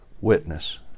witness